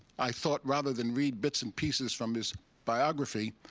i thought rather than read bits and pieces from his biography,